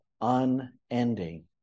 unending